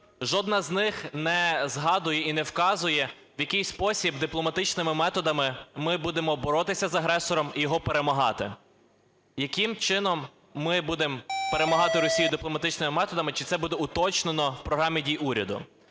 жодна з них не згадує і не вказує, в який спосіб дипломатичними методами ми будемо боротися з агресором і його перемагати, яким чином ми будемо перемагати Росію дипломатичними методами. Чи це буде уточнено у Програмі дій уряду?